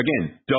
again